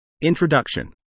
introduction